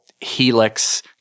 helix